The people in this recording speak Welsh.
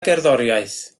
gerddoriaeth